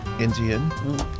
Indian